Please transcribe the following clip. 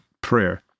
prayer